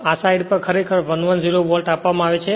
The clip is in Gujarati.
આ સાઇડ પર ખરેખર 110 વોલ્ટ આપવામાં આવે છે